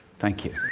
thank you.